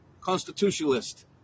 constitutionalist